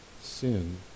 sin